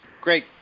great